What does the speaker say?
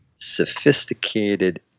Sophisticated